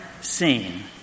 seen